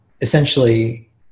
essentially